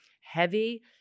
heavy